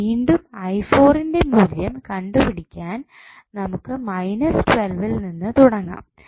ഇനി വീണ്ടും ന്റെ മൂല്യം കണ്ടുപിടിക്കാൻ നമുക്ക് യിൽ നിന്ന് തുടങ്ങാം